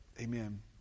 Amen